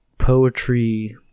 Poetry